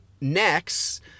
next